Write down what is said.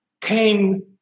came